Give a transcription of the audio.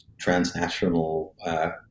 transnational